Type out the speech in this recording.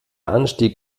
anstieg